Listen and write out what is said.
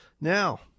Now